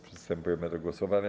Przystępujemy do głosowania.